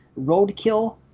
roadkill